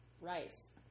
rice